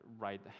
right